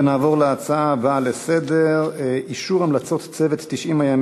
נעבור להצעות לסדר-היום מס' 1540,